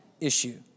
issue